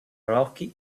rocky